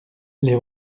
les